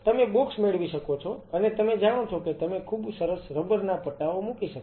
તમે બોક્સ મેળવી શકો છો અને તમે જાણો છો કે તમે ખૂબ સરસ રબર ના પટ્ટાઓ મૂકી શકો છો